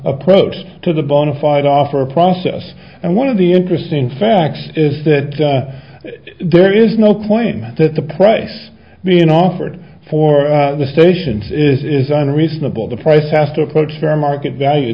approach to the bona fide offer process and one of the interesting facts is that there is no point that the price being offered for the stations is unreasonable the price has to approach fair market value